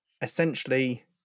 essentially